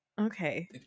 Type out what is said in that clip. Okay